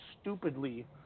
stupidly